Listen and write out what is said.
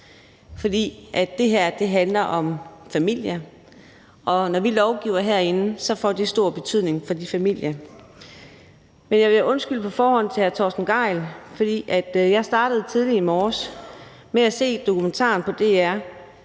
fordi det handler om familier, og når vi lovgiver herinde, får det stor betydning for de familier. Jeg vil på forhånd undskylde over for hr. Torsten Gejl, for jeg startede tidligt i morges med at se dokumentaren »De